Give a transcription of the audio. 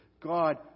God